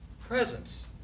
presence